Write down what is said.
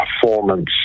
performance